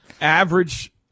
average